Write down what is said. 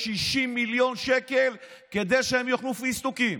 אילת שקד אוכלת פיסטוקים